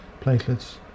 platelets